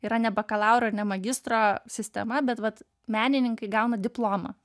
yra ne bakalauro ir ne magistro sistema bet vat menininkai gauna diplomą